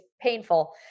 painful